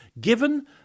given